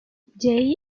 jay